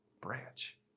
branch